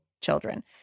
children